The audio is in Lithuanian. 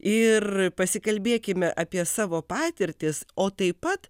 ir pasikalbėkime apie savo patirtis o taip pat